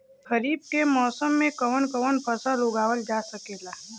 खरीफ के मौसम मे कवन कवन फसल उगावल जा सकेला?